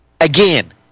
again